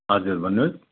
हजुर भन्नुहोस्